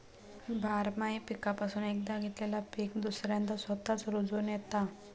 बारमाही पीकापासून एकदा घेतलेला पीक दुसऱ्यांदा स्वतःच रूजोन येता